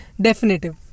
Definitive